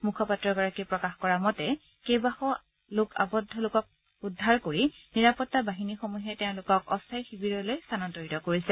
মুখপাত্ৰগৰাকীয়ে প্ৰকাশ কৰা মতে কেইবাশও আবদ্ধ লোকক উদ্ধাৰ কৰি নিৰাপত্তা বাহিনীসমূহে তেওঁলোকক অস্থায়ী শিৱিৰলৈ স্থানান্তৰিত কৰিছে